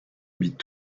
habitent